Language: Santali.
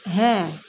ᱦᱮᱸ